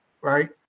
right